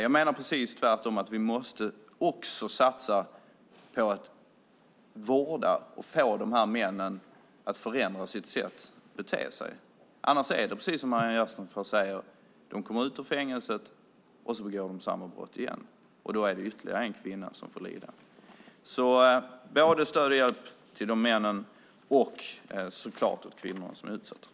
Jag menar precis tvärtom att vi också måste satsa på att vårda och få de här männen att förändra sitt sätt att bete sig. Annars blir det, precis som Maryam Yazdanfar säger, så att de kommer ut från fängelset och begår samma brott igen. Och då är det ytterligare en kvinna som får lida. Alltså behövs stöd och hjälp åt de männen och så klart också åt kvinnorna som är utsatta.